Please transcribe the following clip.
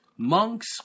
monks